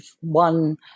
one